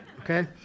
okay